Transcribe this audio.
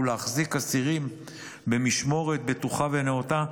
להחזיק אסירים במשמורת בטוחה ונאותה,